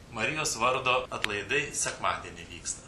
marijos vardo atlaidai sekmadienį vyksta